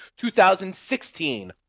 2016